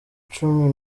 cumi